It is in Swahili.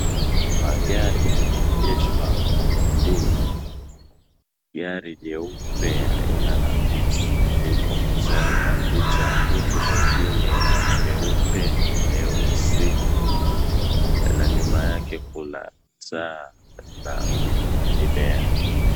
Magari yameegeshwa mbele. Gari jeupe aina ya X liko mwanzoni mwa picha huku mengine meupe, meusi na nyuma yake kuna taa na mimea.